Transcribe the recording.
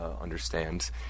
understand